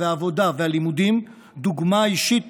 לעבודה וללימודים דוגמה אישית